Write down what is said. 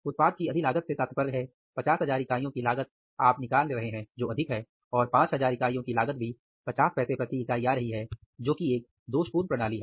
उत्पाद की अधिक लागत से तात्पर्य है 50000 इकाइयों की लागत आप अधिक निकाल रहे हैं और 5000 इकाइयों की लागत भी पचास पैसे प्रति इकाई आ रही है जो कि एक दोषपूर्ण प्रणाली है